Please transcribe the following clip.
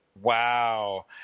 Wow